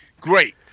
Great